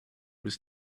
was